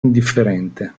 indifferente